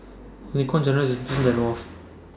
Kwang Juliana Yasin has that I know of